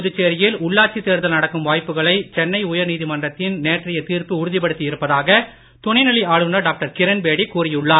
புதுச்சேரியில் உள்ளாட்சி தேர்தல் நடக்கும் வாய்ப்புகளை உயர்நீதிமன்றத்தின் நேற்றைய தீர்ப்பு சென்னை உறுதிப்படுத்தி இருப்பதாக துணைநிலை ஆளுநர் டாக்டர் கிரண்பேடி கூறியுள்ளார்